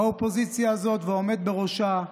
האופוזיציה הזאת והעומד בראשה,